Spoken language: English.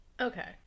Okay